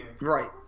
Right